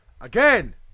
again